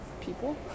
people